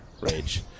Rage